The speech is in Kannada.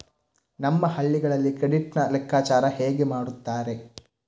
ನಮ್ಮ ಹಳ್ಳಿಗಳಲ್ಲಿ ಕ್ರೆಡಿಟ್ ನ ಲೆಕ್ಕಾಚಾರ ಹೇಗೆ ಮಾಡುತ್ತಾರೆ?